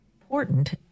important